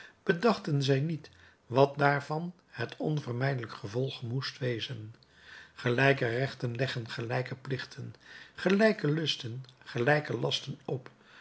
bedachten zij niet wat daarvan het onvermijdelijk gevolg moest wezen gelijke rechten leggen gelijke plichten gelijke lusten gelijke lasten op